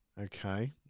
okay